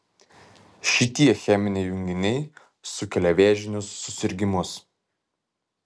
šitie cheminiai junginiai sukelia vėžinius susirgimus